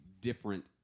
different